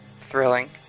thrilling